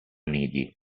nidi